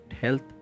health